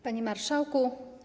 Panie Marszałku!